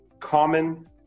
common